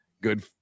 good